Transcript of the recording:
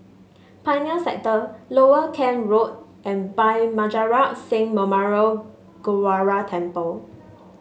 Pioneer Sector Lower Kent Road and Bhai Maharaj Singh Memorial Gurdwara Temple